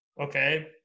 Okay